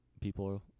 people